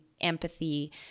empathy